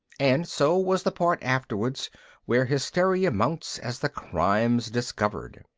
and so was the part afterwards where hysteria mounts as the crime's discovered.